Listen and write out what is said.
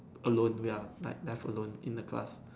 alone ya like left alone in the class